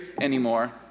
anymore